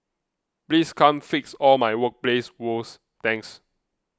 please come fix all my workplace woes thanks